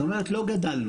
זאת אומרת לא גדלנו.